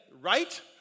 Right